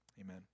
Amen